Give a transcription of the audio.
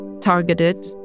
targeted